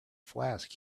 flask